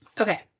okay